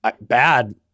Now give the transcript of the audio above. bad